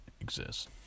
exists